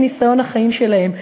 מניסיון החיים שלהם.